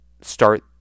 start